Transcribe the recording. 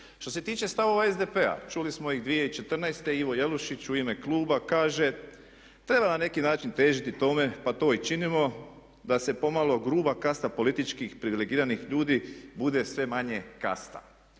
Što se tiče stavova SDP-a čuli smo i 2014. Ivo Jelušić u ime kluba kaže: „Treba na neki način težiti tome, pa to i činimo da se pomalo gruba kasta političkih, privilegiranih ljudi bude sve manje kasta.“